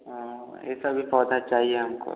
हाँ यह सभी पौधा चाहिए हमको